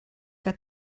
que